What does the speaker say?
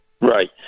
Right